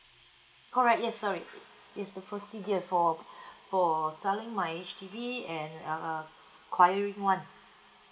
correct yes sorry is the procedure for for selling my H_D_B and err acquiring one